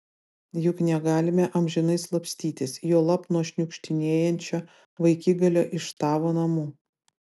juk negalime amžinai slapstytis juolab nuo šniukštinėjančio vaikigalio iš tavo namų